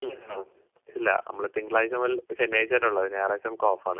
ഇന്നോ ഇല്ല നമ്മള് തിങ്കളാഴ്ച മുതൽ ശനിയാഴ്ച വരെ ഉള്ളൂ ഞായറാഴ്ച നമുക്ക് ഓഫ് ആണ്